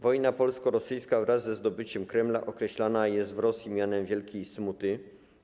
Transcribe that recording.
Wojna polsko-rosyjska wraz ze zdobyciem Kremla określana jest w Rosji mianem wielkiej smuty.